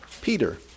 Peter